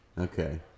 Okay